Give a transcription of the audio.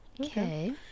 Okay